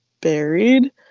buried